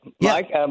Mike